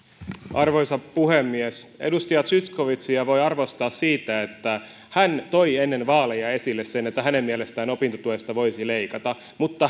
arvoisa puhemies edustaja zyskowiczia voi arvostaa siitä että hän toi ennen vaaleja esille sen että hänen mielestään opintotuesta voisi leikata mutta